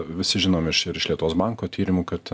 visi žinom iš ir iš lietuvos banko tyrimų kad